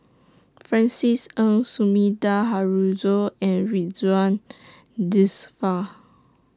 Francis Ng Sumida Haruzo and Ridzwan Dzafir